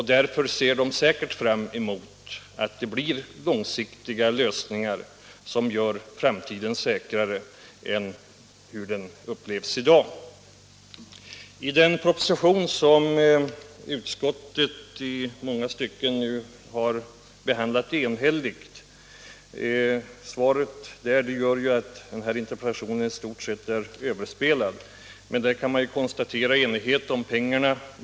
Därför ser de säkert fram emot att det blir långsiktiga lösningar som gör framtiden säkrare än den upplevs i dag. Att utskottet i många stycken har behandlat propositionen enhälligt gör ju att den här interpellationen i stort sett är överspelad. Man kan konstatera enighet om pengarna.